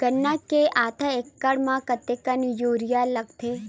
गन्ना के आधा एकड़ म कतेकन यूरिया लगथे?